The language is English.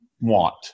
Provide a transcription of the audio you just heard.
want